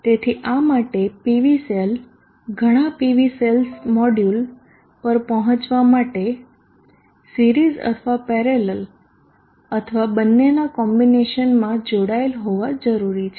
તેથી આ માટે PV સેલ ઘણા PV સેલ્સ મોડ્યુલ પર પહોંચવા માટે સિરીઝ અથવા પેરેલલ અથવા બંને ના કોમ્બિનેશન માં જોડાયેલ હોવા જરૂરી છે